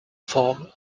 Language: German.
formen